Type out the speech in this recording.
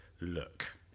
look